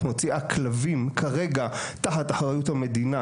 את מוציאה כלבים שכרגע תחת אחריות המדינה,